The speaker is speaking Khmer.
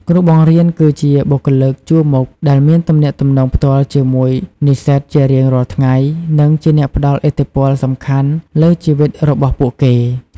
គ្រូបង្រៀនគឺជាបុគ្គលិកជួរមុខដែលមានទំនាក់ទំនងផ្ទាល់ជាមួយនិស្សិតជារៀងរាល់ថ្ងៃនិងជាអ្នកផ្ដល់ឥទ្ធិពលសំខាន់លើជីវិតរបស់ពួកគេ។